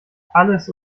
alles